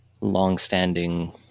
longstanding